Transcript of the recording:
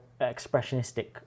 expressionistic